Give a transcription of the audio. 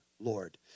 Lord